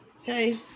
Okay